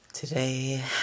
Today